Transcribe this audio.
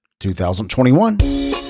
2021